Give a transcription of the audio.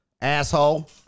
asshole